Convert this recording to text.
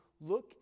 look